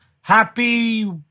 Happy